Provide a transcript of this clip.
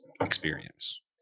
experience